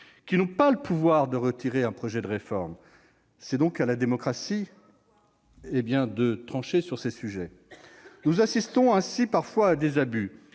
qui n'ont pas le pouvoir de retirer un projet de réforme. C'est à la démocratie de trancher ces sujets. Nous assistons ainsi parfois à des abus